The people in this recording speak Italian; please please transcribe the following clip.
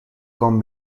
con